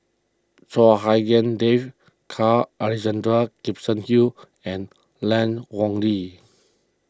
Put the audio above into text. Chua Hak Lien Dave Carl Alexander Gibson Hill and Lan Ong Li